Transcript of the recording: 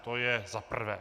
To je za prvé.